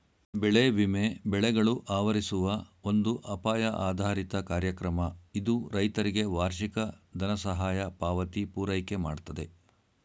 ಬೆಳೆ ವಿಮೆ ಬೆಳೆಗಳು ಆವರಿಸುವ ಒಂದು ಅಪಾಯ ಆಧಾರಿತ ಕಾರ್ಯಕ್ರಮ ಇದು ರೈತರಿಗೆ ವಾರ್ಷಿಕ ದನಸಹಾಯ ಪಾವತಿ ಪೂರೈಕೆಮಾಡ್ತದೆ